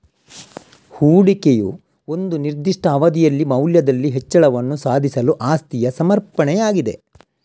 ಹೂಡಿಕೆಯು ಒಂದು ನಿರ್ದಿಷ್ಟ ಅವಧಿಯಲ್ಲಿ ಮೌಲ್ಯದಲ್ಲಿ ಹೆಚ್ಚಳವನ್ನು ಸಾಧಿಸಲು ಆಸ್ತಿಯ ಸಮರ್ಪಣೆಯಾಗಿದೆ